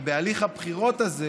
ובהליך הבחירות הזה